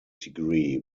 degree